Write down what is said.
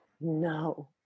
no